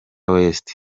west